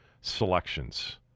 selections